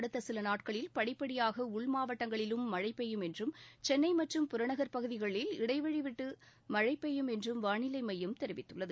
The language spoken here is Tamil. அடுத்த சில நாட்களில் படிப்படியாக உள்மாவட்டங்களிலும் மழை பெய்யும் என்றும் சென்னை மற்றும் புறநகர் பகுதிகளில் இடைவெளி விட்டு மழை பெய்யும் என்றும் வானிலை மையம் தெரிவித்துள்ளது